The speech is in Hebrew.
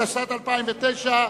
התשס"ט 2009,